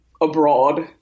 abroad